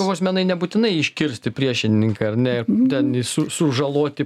kovos menai nebūtinai iškirsti priešininką ar ne ten jį su su sužaloti